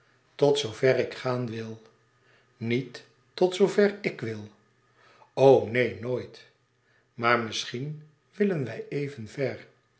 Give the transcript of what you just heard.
zoo ver ik gaan wil niet tot zoo ver ik wil o neen nooit maar misschien willen wij even ver